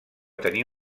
tenir